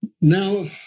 Now